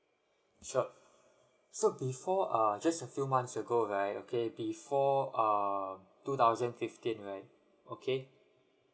sure so before uh just a few months ago right okay before uh two thousand fifteen right okay